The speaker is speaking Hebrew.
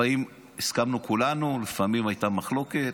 לפעמים הסכמנו כולנו, לפעמים הייתה מחלוקת,